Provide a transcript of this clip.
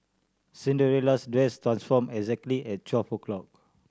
Cinderella's dress transformed exactly at twelve o' clock